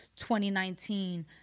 2019